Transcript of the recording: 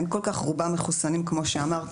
רובם מחוסנים כמו שאמרת.